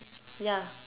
ya